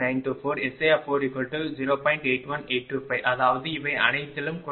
81825 அதாவது இவை அனைத்திலும் குறைந்தபட்சம் 0